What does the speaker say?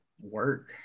Work